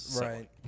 Right